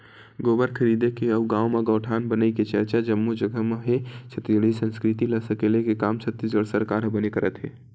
गोबर खरीदे के अउ गाँव म गौठान बनई के चरचा जम्मो जगा म हे छत्तीसगढ़ी संस्कृति ल सकेले के काम छत्तीसगढ़ सरकार ह बने करत हे